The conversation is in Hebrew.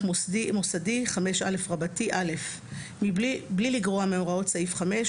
מוסדי (5א) (א) בלי לגרוע מהוראות סעיף 5,